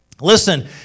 Listen